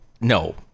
No